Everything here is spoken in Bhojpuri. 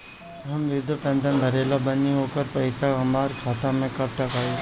हम विर्धा पैंसैन भरले बानी ओकर पईसा हमार खाता मे कब तक आई?